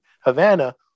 Havana